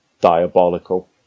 diabolical